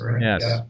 yes